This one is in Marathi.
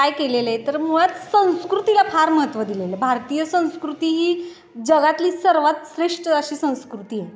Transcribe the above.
काय केलेलं आहे तर मुळात संस्कृतीला फार महत्व दिलेलं आहे भारतीय संस्कृती ही जगातली सर्वात श्रेष्ठ अशी संस्कृती आहे